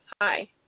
Hi